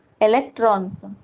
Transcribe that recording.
Electrons